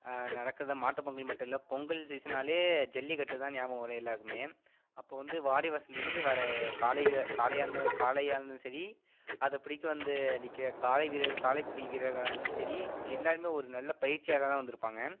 நடக்குது மாட்டுப்பொங்கல் மட்டும் இல்லை பொங்கல் சீஸன்னாலே ஜல்லிக்கட்டுதான் ஞாபகம் வரும் எல்லாருக்குமே அப்போ வந்து வாடிவாசலேருந்து வர காளைக காளையாந்த காளையாகருந்தாலும் சரி அதைப் பிடிக்க வந்த நிற்குற காளைவீர காளைப்பிடி வீரர்களாக இருந்தாலும் சரி எல்லாருமே ஒரு நல்ல பயிற்சியாக தான் வந்திருப்பாங்க